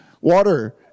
water